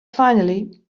finally